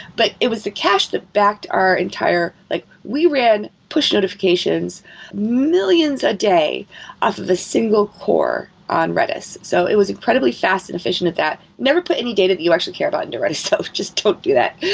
but it was the cache that backed our entire like we ran push notifications millions a day, off of a single core on redis. so it was incredibly fast and efficient at that. never put any data that you actually care about into redis itself. just don't do that.